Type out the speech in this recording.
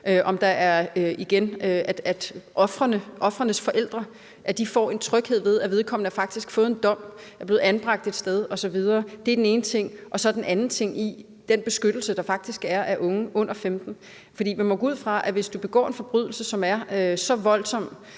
og om, at ofrenes forældre får en tryghed, ved at vedkommende faktisk har fået en dom og er blevet anbragt et sted osv. Det er den ene ting. Så er der den anden ting i forhold til den beskyttelse, der faktisk er af unge under 15 år. For man må gå ud fra, at hvis du begår en forbrydelse, som er så voldsom,